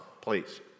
please